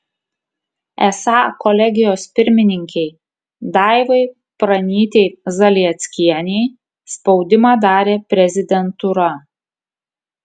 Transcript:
esą kolegijos pirmininkei daivai pranytei zalieckienei spaudimą darė prezidentūra